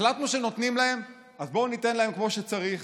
החלטנו שנותנים להם, אז בואו ניתן להם כמו שצריך.